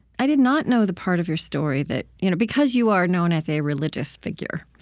i did not know the part of your story that you know because you are known as a religious figure,